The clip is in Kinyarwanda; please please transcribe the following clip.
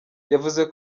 yavuze